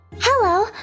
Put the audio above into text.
Hello